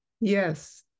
Yes